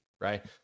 right